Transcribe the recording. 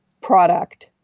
product